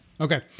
Okay